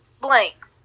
blank